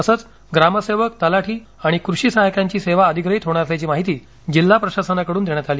तसेच ग्रामसेवक तलाठी आणि कृषी सहायकांची सेवा अधिप्रहित होणार असल्याची माहिती जिल्हा प्रशासनाकडून देण्यात आली